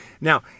Now